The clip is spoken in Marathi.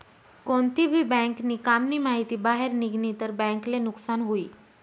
कोणती भी बँक नी काम नी माहिती बाहेर निगनी तर बँक ले नुकसान हुई